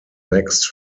next